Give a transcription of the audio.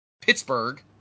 Pittsburgh